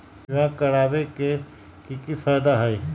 बीमा करबाबे के कि कि फायदा हई?